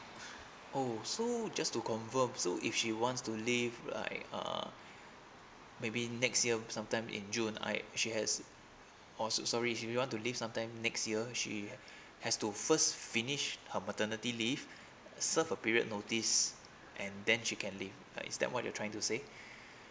oh so just to confirm so if she wants to leave uh at uh maybe next year sometime in june I she has oh so sorry if she want to leave sometime next year she has has to first finish her maternity leave serve a period notice and then she can leave uh is that what you're trying to say